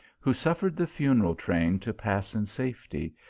who suffered the funeral train to pass in safety,